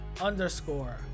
underscore